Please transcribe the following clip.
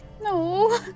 No